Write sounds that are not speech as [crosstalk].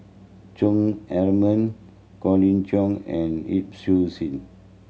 Chong [unintelligible] Colin Cheong and Yip Su Sin